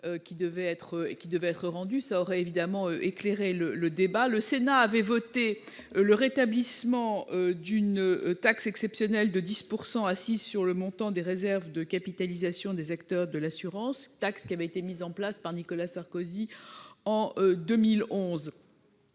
qui devait être rendu aurait évidemment éclairé le débat ... Le Sénat avait voté le rétablissement d'une taxe exceptionnelle de 10 % assise sur le montant de la réserve de capitalisation des acteurs de l'assurance, mise en place durant le quinquennat de Nicolas Sarkozy, en 2011.